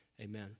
amen